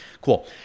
Cool